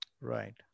Right